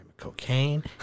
cocaine